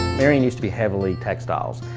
marion used to be heavily textiles.